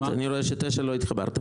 אני רואה שלהסתייגות 9 לא התחברת.